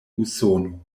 usono